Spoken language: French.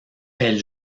elle